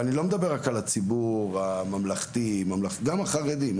ואני לא מדבר רק על הציבור הממלכתי אלא גם על הציבור החרדי.